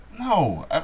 No